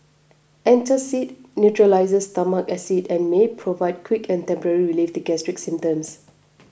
antacid neutralises stomach acid and may provide quick and temporary relief to gastric symptoms